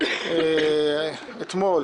אתמול